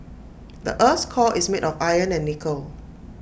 the Earth's core is made of iron and nickel